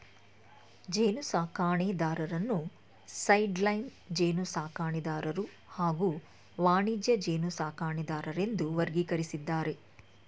ಜೇನುಸಾಕಣೆದಾರರನ್ನು ಸೈಡ್ಲೈನ್ ಜೇನುಸಾಕಣೆದಾರರು ಹಾಗೂ ವಾಣಿಜ್ಯ ಜೇನುಸಾಕಣೆದಾರರೆಂದು ವರ್ಗೀಕರಿಸಿದ್ದಾರೆ